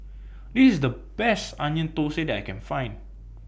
This IS The Best Onion Thosai that I Can Find